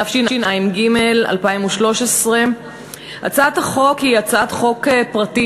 התשע"ג 2013. הצעת החוק היא הצעת חוק פרטית